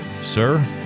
Sir